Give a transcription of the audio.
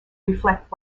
reflect